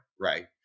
right